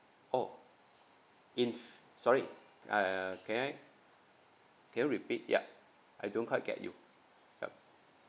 oh if sorry uh can I can you repeat yup I don't quite get you yup